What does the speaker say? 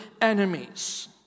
enemies